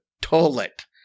toilet